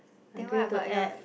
I going to add